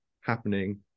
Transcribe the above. happening